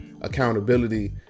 accountability